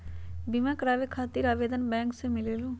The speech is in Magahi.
बिमा कराबे खातीर आवेदन बैंक से मिलेलु?